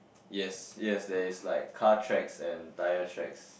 yes yes there is like car tracks and tyre tracks